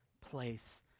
place